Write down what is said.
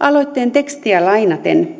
aloitteen tekstiä lainaten